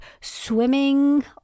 Swimming